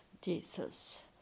Jesus